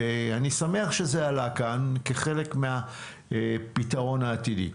ואני שמח שזה עלה כאן, כחלק מהפתרון העתידי.